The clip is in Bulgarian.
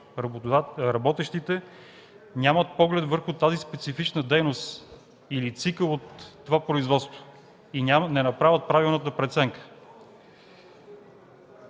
работещите, нямат поглед върху тази специфична дейност или цикъл от това производство и не направят правилната преценка.